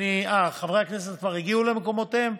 חברי הכנסת כבר הגיעו למקומותיהם?